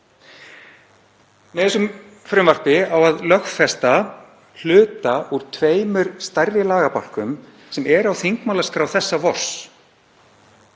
Með þessu frumvarpi á að lögfesta hluta úr tveimur stærri lagabálkum sem eru á þingmálaskrá þessa vors.